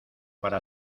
para